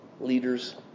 leaders